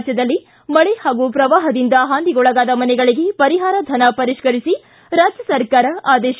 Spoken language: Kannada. ರಾಜ್ಯದಲ್ಲಿ ಮಳೆ ಹಾಗೂ ಶ್ರವಾಹದಿಂದ ಹಾನಿಗೊಳಗಾದ ಮನೆಗಳಿಗೆ ಪರಿಹಾರ ಧನ ಪರಿಷ್ಠರಿಸಿ ರಾಜ್ಯ ಸರ್ಕಾರ ಆದೇಶ